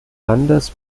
landes